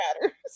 matters